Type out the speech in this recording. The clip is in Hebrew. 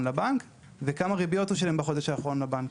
לבנק וכמה ריביות הוא שילם בחודש האחרון לבנק.